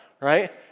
right